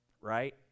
right